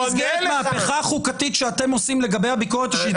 מהפכה חוקתית שאתם עושים לגבי הביקורת השיפוטית,